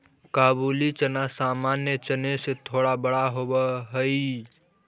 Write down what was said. काबुली चना सामान्य चने से थोड़ा बड़ा होवअ हई